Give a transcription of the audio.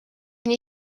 nii